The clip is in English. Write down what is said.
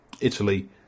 Italy